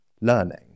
learning